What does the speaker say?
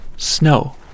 snow